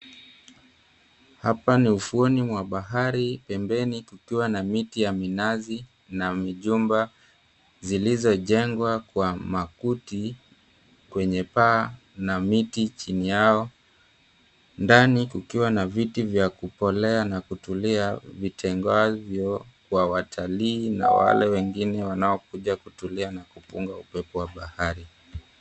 Hapa ni ufuoni mwa bahari pembeni kukiwa na miti ya minazi na mijomba zilizojengwa kwa makuti kwenye paa na miti chini yao ndani kukiwa na viti vya kukolea na kutulia vitengwavyo kwa watalii na wale wengine wanaokuja kutulia na kupunga upepo wa bahari.